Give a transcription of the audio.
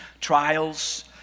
trials